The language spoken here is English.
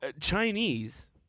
Chinese